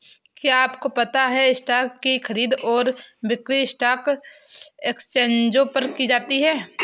क्या आपको पता है स्टॉक की खरीद और बिक्री स्टॉक एक्सचेंजों पर की जाती है?